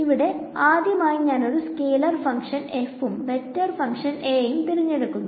ഇവിടെ ആദ്യമായി ഞാൻ ഒരു സ്കെലാർ ഫങ്ക്ഷൻ f ഉം വെക്ടർ ഫങ്ക്ഷൻ A യും തിരഞ്ഞെടുക്കുന്നു